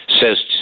says